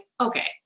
okay